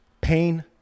Pain